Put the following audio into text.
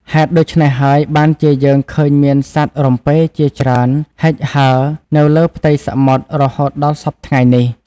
ហេតុដូច្នេះហើយ បានជាយើងឃើញមានសត្វរំពេជាច្រើនហិចហើរ នៅលើផ្ទៃសមុទ្រ រហូតដល់សព្វថ្ងៃនេះ ។